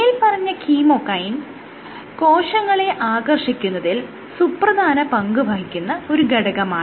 മേല്പറഞ്ഞ കീമോകൈൻ കോശങ്ങളെ ആകർഷിക്കുന്നതിൽ സുപ്രധാന പങ്ക് വഹിക്കുന്ന ഒരു ഘടകമാണ്